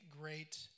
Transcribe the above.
great